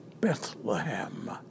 Bethlehem